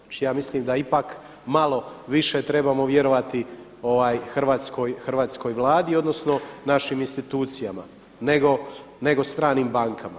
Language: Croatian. Znači ja mislim da ipak malo više trebamo vjerovati hrvatskoj Vladi odnosno našim institucijama nego stranim bankama.